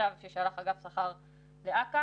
במכתב ששלח אגף שכר לאכ"א,